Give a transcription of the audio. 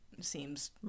seems